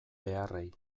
beharrei